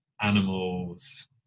animals